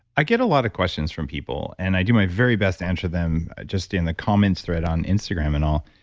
i get a lot of questions from people, and i do my very best to answer them just in the comments thread on instagram and all,